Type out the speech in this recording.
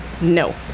No